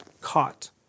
caught